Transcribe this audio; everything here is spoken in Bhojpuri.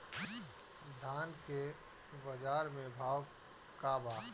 धान के बजार में भाव का बा